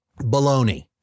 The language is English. Baloney